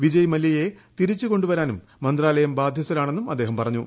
വിജയ്മല്ല്യയെ തിരിച്ചു കൊണ്ടു വരാനും മന്ത്രാലയം ബാധ്യസ്ഥരാണെന്നും അദ്ദേഹം പറഞ്ഞു